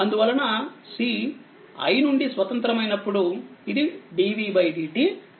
అందువలనC i నుండి స్వతంత్రమైనప్పుడు ఇది dv dt అవుతుంది